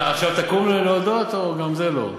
עכשיו תקום להודות, או גם זה לא?